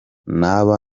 naba